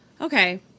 Okay